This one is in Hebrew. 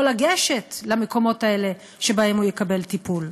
לגשת למקומות האלה שבהם הוא יקבל טיפול.